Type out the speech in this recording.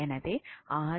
எனவே ஆர்